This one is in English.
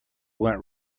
went